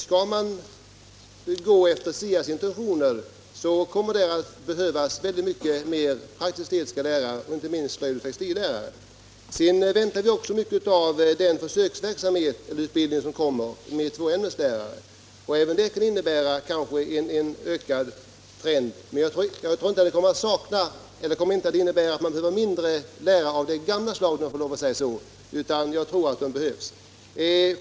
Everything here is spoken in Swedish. Skall man följa SIA:s intentioner kommer det också att behövs många fler lärare i praktisk-estetiska ämnen, inte minst slöjdoch textillärare. Vi väntar oss också mycket av den försöksverksamhet med utbildning av tvåämneslärare som skall komma. Även den kan kanske medföra en förbättrad trend. Men jag tror inte att den innebär att vi kommer att behöva färre lärare av den nuvarande typen.